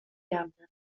jamna